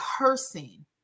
person